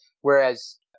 Whereas